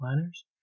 planners